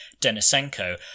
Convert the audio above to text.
Denisenko